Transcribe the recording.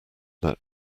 that